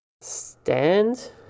Stand